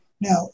Now